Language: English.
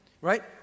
right